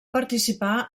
participar